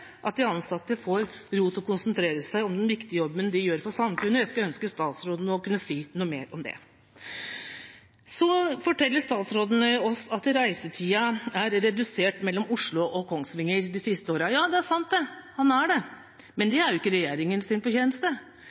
at de ansatte får ro til å konsentrere seg om den viktige jobben de gjør for samfunnet. Jeg skulle ønske statsråden kunne si noe mer om det. Så forteller statsråden oss at reisetiden er redusert mellom Oslo og Kongsvinger de siste årene. Det er sant, det. Men det er jo ikke